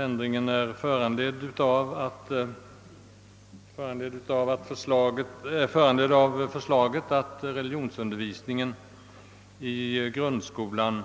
Ändringen är föranledd av ett förslag att religionsundervisningen i grundskolan